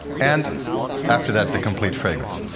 and after that, the complete fragrance.